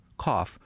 cough